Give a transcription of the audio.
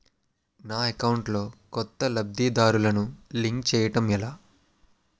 నా అకౌంట్ లో కొత్త లబ్ధిదారులను లింక్ చేయటం ఎలా?